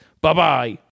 Bye-bye